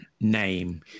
name